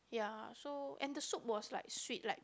ya so and the soup was like sweet like